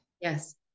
Yes